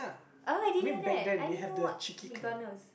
oh I didn't know that I only know McDonalds